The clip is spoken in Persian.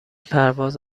پرواز